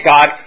God